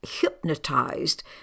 hypnotized